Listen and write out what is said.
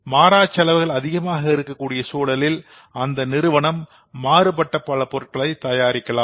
மாறாச்செலவுகள் அதிகமாக இருக்கக்கூடிய சூழலில் அந்த நிறுவனம் மாறுபட்ட பல பொருட்களை தயாரிக்கலாம்